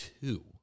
Two